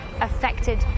affected